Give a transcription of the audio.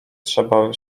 trzeba